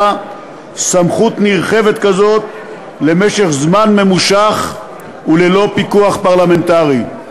סמכות נרחבת כזאת למשך זמן רב וללא פיקוח פרלמנטרי.